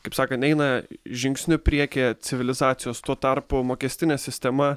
kaip sakant eina žingsniu priekyje civilizacijos tuo tarpu mokestinė sistema